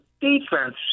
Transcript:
defense